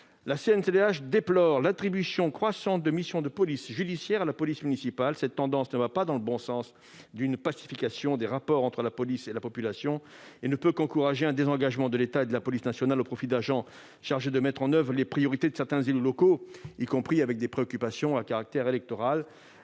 La CNCDH déplore, [...], l'attribution croissante de missions de police judiciaire à la police municipale. Cette tendance ne va pas dans le sens d'une pacification des rapports entre la police et la population, et ne peut qu'encourager un désengagement de l'État et de la police nationale au profit d'agents chargés de mettre en oeuvre les priorités de certains élus locaux, particulièrement sensibles aux enjeux électoraux.